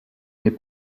n’est